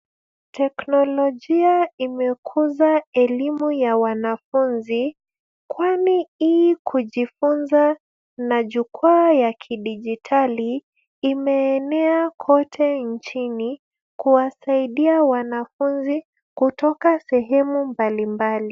Teknolojia imekuza elimu ya wanafunzi, kwani hii kujifunza na jukwaa ya kidijitali imeenea kote nchini kuwasaidia wanafunzi kutoka sehemu mbalimbali.